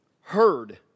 heard